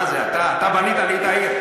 מה זה, אתה בנית לי את העיר.